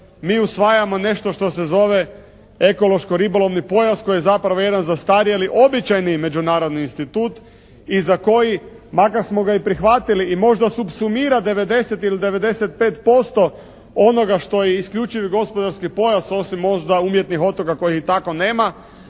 Mi usvajamo nešto što se zove ekološki ribolovni pojas koji je zapravo jedan zastarjeli običajni međunarodni institut i za koji makar smo ga i prihvatili i možda supsumira 90 ili 95% onoga što je isključivi gospodarski pojas osim možda umjetnih otoka kojih i tako nema